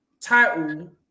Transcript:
title